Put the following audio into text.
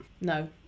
no